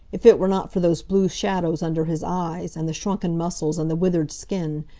if it were not for those blue shadows under his eyes, and the shrunken muscles, and the withered skin,